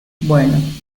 bueno